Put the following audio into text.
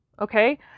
Okay